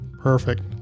perfect